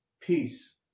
Peace